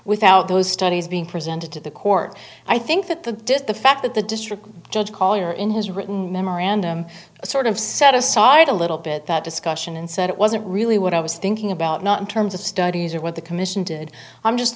without those studies being from sent it to the court i think that the just the fact that the district judge caller in his written memorandum sort of set aside a little bit that discussion and said it wasn't really what i was thinking about not in terms of studies or what the commission did i'm just